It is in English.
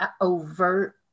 overt